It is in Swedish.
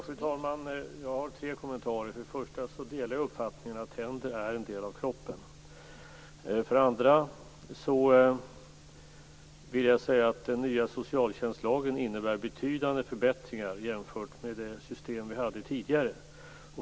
Fru talman! Jag har tre kommentarer. För det första delar jag uppfattningen att tänder är en del av kroppen. För det andra innebär den nya socialtjänstlagen betydande förbättringar jämfört med det system som fanns tidigare.